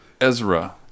Ezra